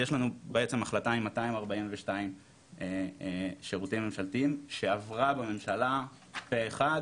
אז יש לנו בעצם החלטה עם 242 שירותים ממשלתיים שעברה בממשלה פה אחד